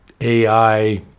AI